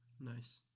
Nice